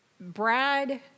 Brad